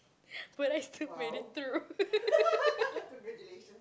but I still made it through